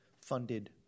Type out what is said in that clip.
funded